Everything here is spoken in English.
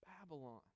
babylon